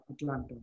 Atlanta